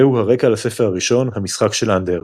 זהו הרקע לספר הראשון "המשחק של אנדר".